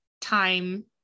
time